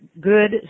good